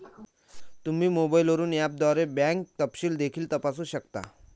तुम्ही मोबाईलवरून ऍपद्वारे बँक तपशील देखील तपासू शकता